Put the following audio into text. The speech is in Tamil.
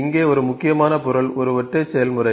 இங்கே ஒரு முக்கியமான பொருள் ஒரு ஒற்றை செயல்முறை